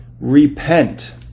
repent